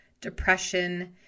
Depression